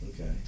Okay